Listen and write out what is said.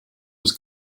was